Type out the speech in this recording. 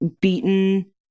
beaten